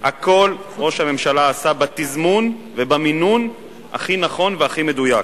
הכול ראש הממשלה עשה בתזמון ובמינון הכי נכונים והכי מדויקים.